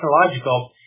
technological